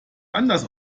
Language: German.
anders